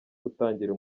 gutangira